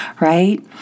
right